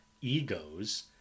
egos